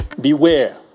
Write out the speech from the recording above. Beware